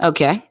Okay